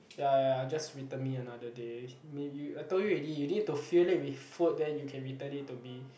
ya ya ya just return me another day I told you already you need to fill it with food then you can return it me